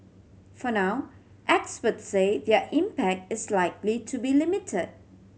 for now experts say their impact is likely to be limited